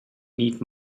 need